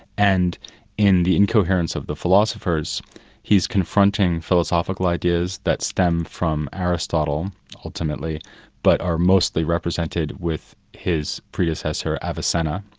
and in the incoherence of the philosophers he's confronting philosophical ideas that stem from aristotle ultimately but are mostly represented with his predecessor avicenna,